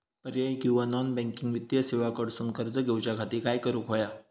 पर्यायी किंवा non banking वित्तीय सेवा कडसून कर्ज घेऊच्या खाती काय करुक होया?